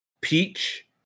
peach